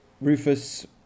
Rufus